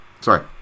Sorry